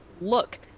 look